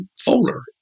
folder